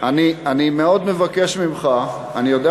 אני מאוד מבקש ממך, אני מקשיב לך.